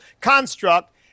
construct